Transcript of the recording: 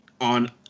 on